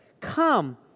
Come